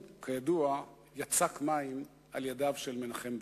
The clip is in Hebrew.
כידוע, הוא יצק מים על ידיו של מנחם בגין,